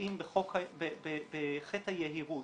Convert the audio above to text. חוטאים בחטא היהירות,